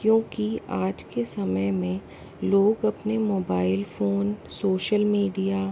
क्योंकि आज के समय में लोग अपने मोबाइल फ़ोन सोशल मीडिया